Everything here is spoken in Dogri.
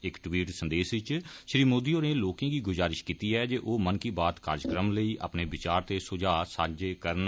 इक टवीट स्नेह च श्री मोदी होरें लोकें गी गुजारिश कीती ऐ जे ओह् मन की बात कार्जक्रम लेई अपने विचार ते सुझाऽ सांझे करन